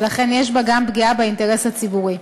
ולכן יש בה גם פגיעה באינטרס הציבורי.